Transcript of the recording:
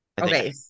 Okay